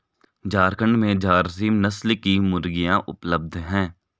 झारखण्ड में झारसीम नस्ल की मुर्गियाँ उपलब्ध है